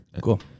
Cool